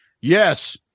Yes